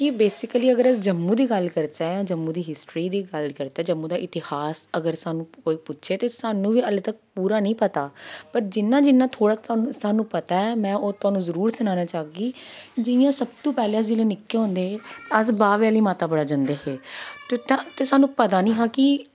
कि बेसिकली अगर अस जम्मू दी गल्ल करचै जम्मू दी हिस्टरी दी गल्ल करचै जम्मू दा इतिहास अगर सानूं कोई पुच्छै ते सानूं बी हालें तक पूरा निं पता पर जिन्ना जिन्ना थोह्ड़ा सानूं पता ऐ में ओह् तोआनू जरूर सनाना चाह्गी जियां सब तो पैह्लें अस जेल्लै निक्के होंदे हे ते अस बाह्वे आह्ली माता बड़ा जंदे हे ते सानूं पता निं हा कि